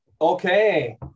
Okay